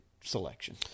selection